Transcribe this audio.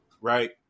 right